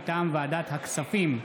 מטעם ועדת הכספים,